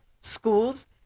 schools